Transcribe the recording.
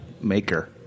Maker